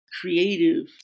creative